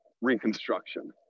Reconstruction